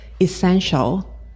essential